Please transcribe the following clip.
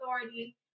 authority